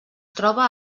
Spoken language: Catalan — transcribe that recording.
troba